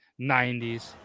90s